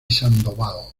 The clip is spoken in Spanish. sandoval